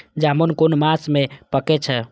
जामून कुन मास में पाके छै?